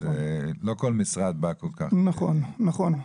לא כל משרד בא כל כך --- נכון, נכון.